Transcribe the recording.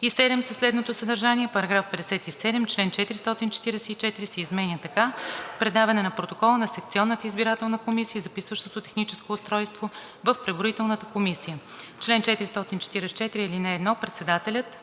57 със следното съдържание: „§ 57. Член 444 се изменя така: „Предаване на протокола на секционната избирателна комисия и записващото техническо устройство в преброителната комисия Чл. 444. (1) Председателят